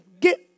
Get